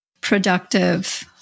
productive